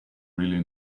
really